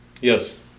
Yes